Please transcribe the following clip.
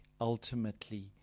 ultimately